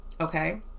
okay